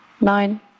nine